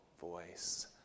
voice